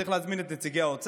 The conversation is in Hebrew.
צריך להזמין את נציגי האוצר,